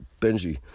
Benji